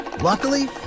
Luckily